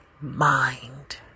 mind